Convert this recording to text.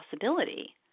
possibility